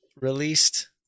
released